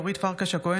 אורית פרקש הכהן,